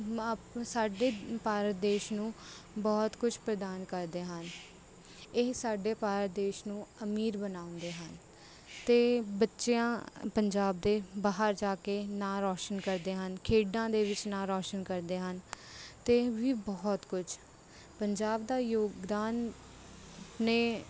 ਸਾਡੇ ਭਾਰਤ ਦੇਸ਼ ਨੂੰ ਬਹੁਤ ਕੁਸ਼ ਪ੍ਰਦਾਨ ਕਰਦੇ ਹਨ ਇਹ ਸਾਡੇ ਭਾਰਤ ਦੇਸ਼ ਨੂੰ ਅਮੀਰ ਬਣਾਉਦੇ ਹਨ ਤੇ ਬੱਚਿਆਂ ਪੰਜਾਬ ਦੇ ਬਾਹਰ ਜਾ ਕੇ ਨਾਂ ਰੋਸ਼ਨ ਕਰਦੇ ਹਨ ਖੇਡਾਂ ਦੇ ਵਿੱਚ ਨਾਂ ਰੋਸ਼ਨ ਕਰਦੇ ਹਨ ਤੇ ਇਹ ਵੀ ਬਹੁਤ ਕੁਛ ਪੰਜਾਬ ਦਾ ਯੋਗਦਾਨ ਨੇ